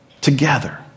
together